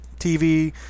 TV